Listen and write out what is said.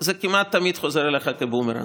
זה כמעט תמיד חוזר אליך כבומרנג,